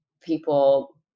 people